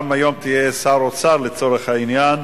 גם היום תהיה שר האוצר לצורך העניין,